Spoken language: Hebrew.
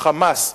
"חמאס",